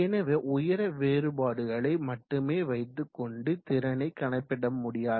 எனவே உயர வேறுபாடுகளளை மட்டுமே வைத்து கொண்டு திறனை கணக்கிட முடியாது